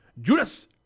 Judas